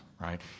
right